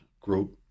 group